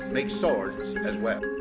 make swords as well.